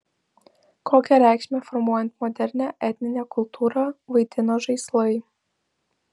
kokią reikšmę formuojant modernią etninę kultūrą vaidino žaislai